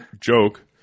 joke